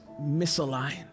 misaligned